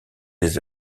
des